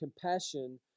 compassion